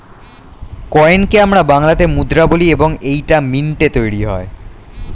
কয়েনকে আমরা বাংলাতে মুদ্রা বলি এবং এইটা মিন্টে তৈরী হয়